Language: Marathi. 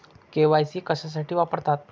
के.वाय.सी कशासाठी वापरतात?